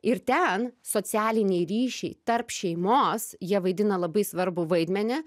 ir ten socialiniai ryšiai tarp šeimos jie vaidina labai svarbų vaidmenį